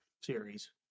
series